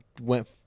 went